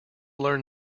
learn